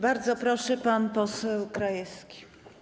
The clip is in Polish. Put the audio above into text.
Bardzo proszę, pan poseł Krajewski.